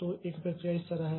तो एक प्रक्रिया इस तरह है